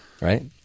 Right